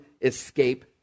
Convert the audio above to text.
escape